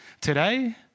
today